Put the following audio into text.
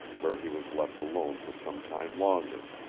where he was left alone for some time longer.